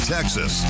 Texas